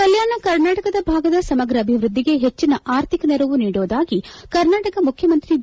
ಕಲ್ಯಾಣ ಕರ್ನಾಟಕ ಭಾಗದ ಸಮಗ್ರ ಅಭಿವೃದ್ಧಿಗೆ ಹೆಚ್ಚಿನ ಅರ್ಥಿಕ ನೆರವು ನೀಡುವುದಾಗಿ ಕರ್ನಾಟಕ ಮುಖ್ಯಮಂತ್ರಿ ಬಿ